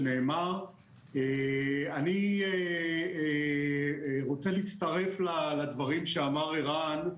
אני רוצה להצטרף לדברים שאמר ערן,